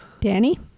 Danny